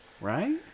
Right